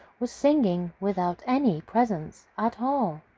was singing without any presents at all!